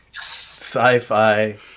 Sci-fi